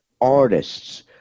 artists